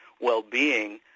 well-being